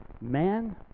man